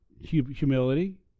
humility